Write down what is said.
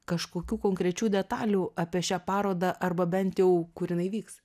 kažkokių konkrečių detalių apie šią parodą arba bent jau kur jinai vyks